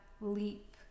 leap